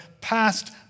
past